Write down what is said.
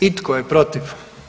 I tko je protiv?